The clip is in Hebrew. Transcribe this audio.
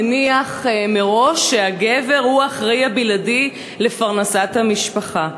מניח מראש שהגבר הוא האחראי הבלעדי לפרנסת המשפחה.